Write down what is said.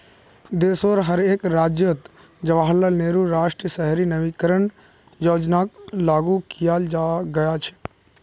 देशोंर हर एक राज्यअत जवाहरलाल नेहरू राष्ट्रीय शहरी नवीकरण योजनाक लागू कियाल गया छ